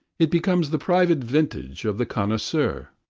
it becomes the private vintage of the connoisseur.